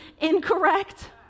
incorrect